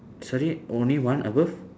sorry only one above